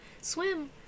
Swim